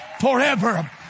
forever